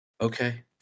okay